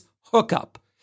hookup